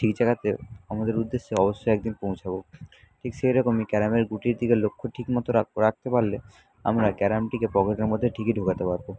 ঠিক জায়গাতে আমাদের উদ্দেশ্য অবশ্যই একদিন পৌঁছাব ঠিক সেই রকমই ক্যারামের গুটির দিকে লক্ষ ঠিকমতো রাখতে পারলে আমরা ক্যারামটিকে পকেটের মধ্যে ঠিকই ঢোকাতে পারব